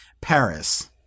Paris